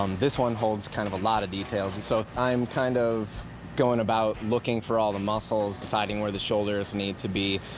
um this one holds kind of a lot of details. and so i'm kind of going about, looking for all the muscles, deciding where the shoulders need to be,